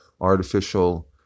artificial